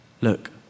Look